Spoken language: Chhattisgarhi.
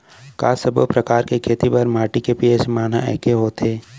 का सब्बो प्रकार के खेती बर माटी के पी.एच मान ह एकै होथे?